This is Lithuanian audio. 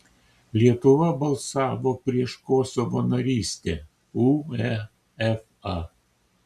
lietuva balsavo prieš kosovo narystę uefa